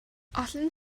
олон